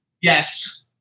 Yes